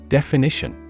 Definition